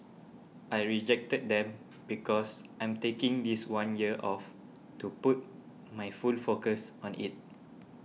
I rejected them because I'm taking this one year off to put my full focus on it